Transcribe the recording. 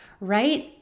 right